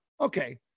okay